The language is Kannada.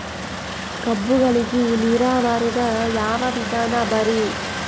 ಕಬ್ಬುಗಳಿಗಿ ನೀರಾವರಿದ ಯಾವ ವಿಧಾನ ಭಾರಿ?